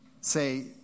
say